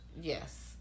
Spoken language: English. Yes